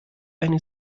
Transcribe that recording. eine